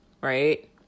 right